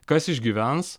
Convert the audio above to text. kas išgyvens